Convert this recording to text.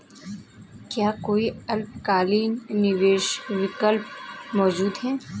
क्या कोई अल्पकालिक निवेश विकल्प मौजूद है?